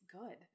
good